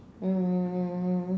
um